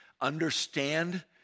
Understand